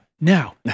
now